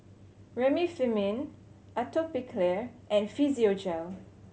Remifemin Atopiclair and Physiogel